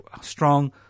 strong